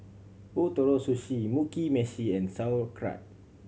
Ootoro Sushi Mugi Meshi and Sauerkraut